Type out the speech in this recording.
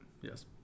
Yes